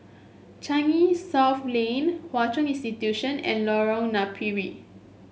Changi South Lane Hwa Chong Institution and Lorong Napiri